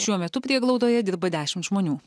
šiuo metu prieglaudoje dirba dešimt žmonių